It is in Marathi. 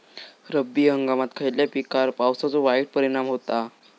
रब्बी हंगामात खयल्या पिकार पावसाचो वाईट परिणाम होता?